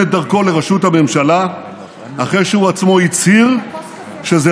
את דרכו לראשות הממשלה אחרי שהוא עצמו הצהיר שזה